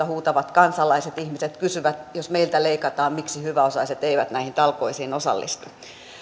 huutavat kansalaiset ihmiset kysyvät jos meiltä leikataan miksi hyväosaiset eivät näihin talkoisiin osallistu